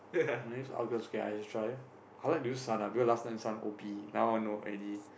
I never use Argus K I just try I like to use Sun ah because last time Sun o_p now not already